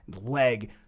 leg